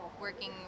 working